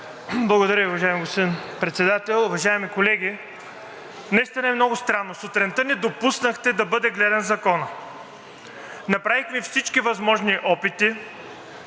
Благодаря, уважаеми господин Председател. Уважаеми колеги, наистина е много странно. Сутринта не допуснахте да бъде гледан Законът. Направихме всички възможни опити,